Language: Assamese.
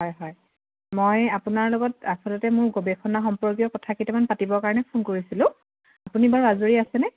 হয় হয় মই আপোনাৰ লগত আচলতে মোৰ গৱেষণা সম্পৰ্কীয় কথা কেইটামান পাতিবৰ কাৰণে ফোন কৰিছিলোঁ আপুনি বাৰু আজৰি আছেনে